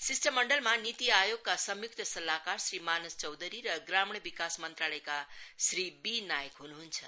शिष्टमण्डलमा नीति आयोगका संयुक्त सल्लाहकार श्री मानस चौधरी र ग्रामीण विकास मन्त्रालयका श्री बी नाइक हनुहन्छ